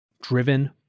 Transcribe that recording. driven